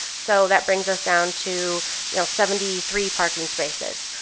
so that brings us down to you know seventy three parking spaces.